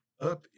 up